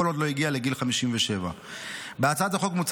כל עוד לא הגיע לגיל 57. בהצעת החוק מוצע